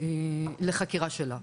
חקירה שלה.